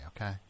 okay